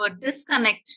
disconnect